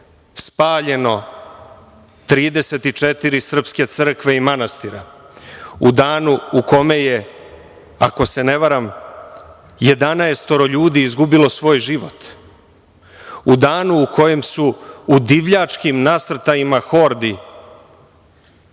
spaljeno 34 srpske crkve i manastira, u danu u kome je, ako se ne varam, 11 ljudi izgubilo svoj život, u danu u kojem su u divljačkim nasrtajima hordi